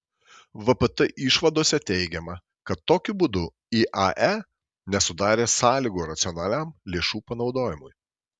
vpt išvadose teigiama kad tokiu būdu iae nesudarė sąlygų racionaliam lėšų panaudojimui